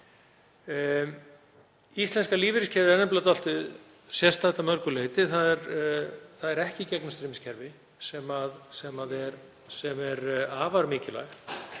Íslenska lífeyriskerfið er nefnilega dálítið sérstakt að mörgu leyti. Það er ekki gegnumstreymiskerfi, sem er afar mikilvægt